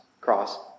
cross